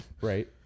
Right